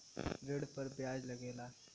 ऋण पर बियाज लगेला